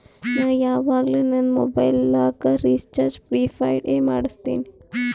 ನಾ ಯವಾಗ್ನು ನಂದ್ ಮೊಬೈಲಗ್ ರೀಚಾರ್ಜ್ ಪ್ರಿಪೇಯ್ಡ್ ಎ ಮಾಡುಸ್ತಿನಿ